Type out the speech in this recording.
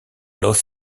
los